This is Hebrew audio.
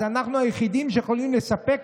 אז אנחנו היחידים שיכולים לספק